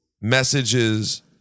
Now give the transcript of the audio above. Messages